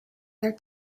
their